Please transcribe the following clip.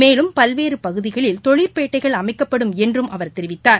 மேலும் பல்வேறபகுதிகளில் தொழிற்பேட்டைகள் அமைக்கப்படும் என்றும் அவர் தெரிவித்தார்